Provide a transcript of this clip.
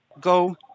Go